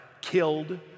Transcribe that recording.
killed